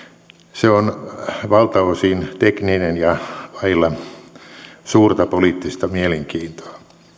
se on valtaosin tekninen ja vailla suurta poliittista mielenkiintoa